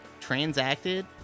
transacted